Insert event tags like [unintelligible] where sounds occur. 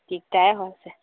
[unintelligible]